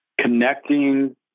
connecting